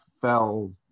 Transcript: fell